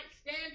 stand